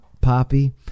Poppy